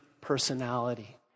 personality